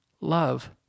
Love